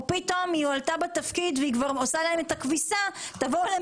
או פתאום היא הועלתה בתפקיד תבואו אליהם